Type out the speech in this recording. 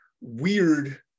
weird